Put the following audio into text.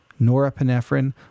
Norepinephrine